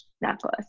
necklace